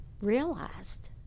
realized